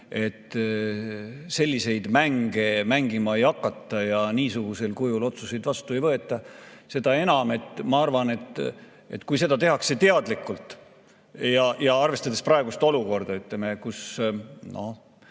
et selliseid mänge mängima ei hakata ja niisugusel kujul otsuseid vastu ei võeta. Ma arvan, et seda tehakse teadlikult ja arvestades praegust olukorda, kus me